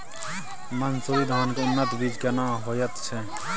मन्सूरी धान के उन्नत बीज केना होयत छै?